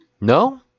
No